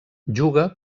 juga